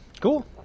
Cool